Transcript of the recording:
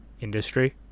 industry